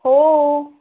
हो